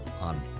on